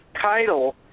title